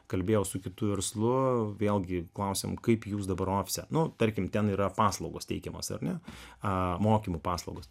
kalbėjau su kitu verslu vėlgi klausėm kaip jūs dabar ofise nu tarkim ten yra paslaugos teikiamos ar ne mokymų paslaugos